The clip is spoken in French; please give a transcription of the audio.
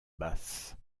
basse